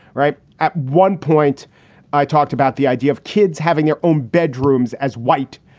right. at one point i talked about the idea of kids having their own bedrooms as white.